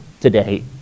today